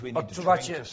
odczuwacie